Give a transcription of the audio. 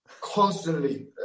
constantly